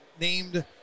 named